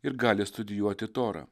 ir gali studijuoti torą